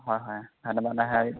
হয় হয় ধন্যবাদ